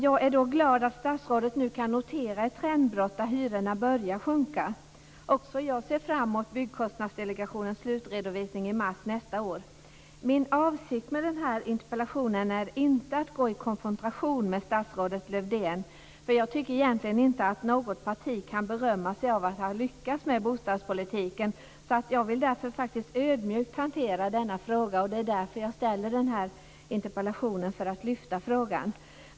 Jag är glad att statsrådet nu kan notera ett trendbrott där hyrorna börjat sjunka. Också jag ser fram mot Byggkostnadsdelegationens slutredovisning i mars nästa år. Min avsikt med denna interpellation är inte att gå i konfrontation med statsrådet Lövdén. Jag tycker egentligen inte att något parti kan berömma sig av att ha lyckats med bostadspolitiken. Därför vill jag hantera den här frågan ödmjukt. Jag ställer den här interpellationen för att lyfta fram frågan.